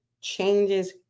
changes